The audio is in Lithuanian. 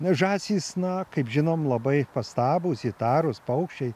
na žąsys na kaip žinom labai pastabūs įtarūs paukščiai